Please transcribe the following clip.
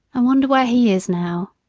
i wonder where he is now.